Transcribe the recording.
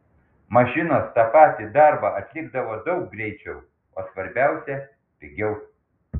mašinos tą patį darbą atlikdavo daug greičiau o svarbiausia pigiau